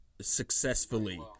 successfully